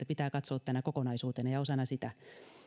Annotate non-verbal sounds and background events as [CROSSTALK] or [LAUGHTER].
[UNINTELLIGIBLE] pitää katsoa tämä kokonaisuutena ja osana sitä